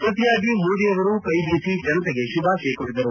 ಪ್ರತಿಯಾಗಿ ಮೋದಿ ಅವರು ಕೈಬೀಸಿ ಜನತೆಗೆ ಶುಭಾಶಯ ಕೋರಿದರು